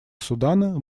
судана